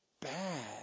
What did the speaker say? bad